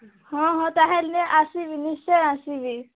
ହଁ ହଁ ତାହାଲେ ଆସିବି ନିଶ୍ଚୟ ଆସିବି